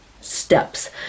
steps